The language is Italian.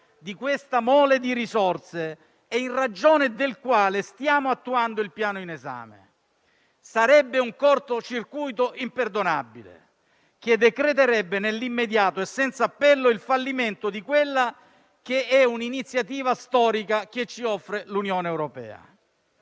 di questa mole di risorse e in ragione del quale stiamo attuando il Piano in esame. Sarebbe un corto circuito imperdonabile, che decreterebbe nell'immediato e senza appello il fallimento di quella che è un'iniziativa storica che ci offre l'Unione europea.